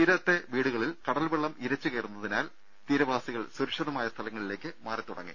തീരത്തുളള വീടുകളിൽ കടൽവെള്ളം ഇരച്ച് കയറുന്നതിനാൽ തീരവാസികൾ സുരക്ഷിതമായ സ്ഥലങ്ങളിലേക്ക് മാറി തുടങ്ങി